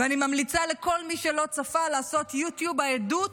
ואני ממליצה לכל מי שלא צפה לעשות יוטיוב, עדות